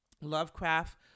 Lovecraft